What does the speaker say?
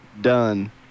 done